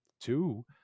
two